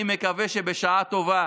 אני מקווה שבשעה טובה